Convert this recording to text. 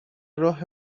راه